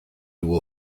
will